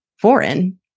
foreign